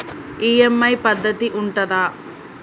EMI పద్ధతి ఉంటదా?